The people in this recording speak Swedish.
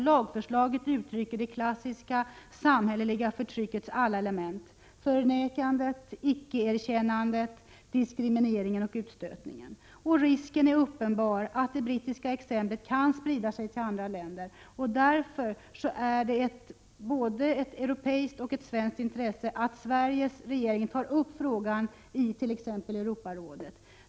Lagförslaget uttrycker det klassiska samhälleliga förtryckets alla element: förnekandet, icke-erkännande, diskrimineringen och utstötningen. Risken är uppenbar att det brittiska exemplet kan sprida sig till andra länder. Därför är det ett både europeiskt och svenskt intresse att Sveriges regering tar upp frågan i t.ex. Europarådet.